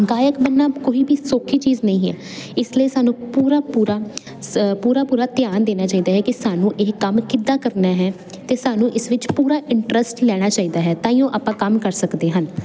ਗਾਇਕ ਬਣਨਾ ਕੋਈ ਵੀ ਸੌਖੀ ਚੀਜ਼ ਨਹੀਂ ਹੈ ਇਸ ਲਈ ਸਾਨੂੰ ਪੂਰਾ ਪੂਰਾ ਪੂਰਾ ਪੂਰਾ ਧਿਆਨ ਦੇਣਾ ਚਾਹੀਦਾ ਹੈ ਕਿ ਸਾਨੂੰ ਇਹ ਕੰਮ ਕਿੱਦਾਂ ਕਰਨਾ ਹੈ ਅਤੇ ਸਾਨੂੰ ਇਸ ਵਿੱਚ ਪੂਰਾ ਇੰਟਰਸਟ ਲੈਣਾ ਚਾਹੀਦਾ ਹੈ ਤਾਹੀਓ ਆਪਾਂ ਕੰਮ ਕਰ ਸਕਦੇ ਹਨ